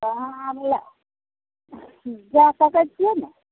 अहाँ जै सकै छिए ने